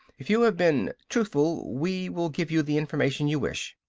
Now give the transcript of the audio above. if you have been truthful we will give you the information you wish.